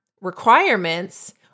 requirements